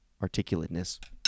articulateness